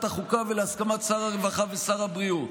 החוקה ולהסכמת שר הרווחה ושר הבריאות.